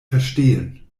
verstehen